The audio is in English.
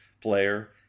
player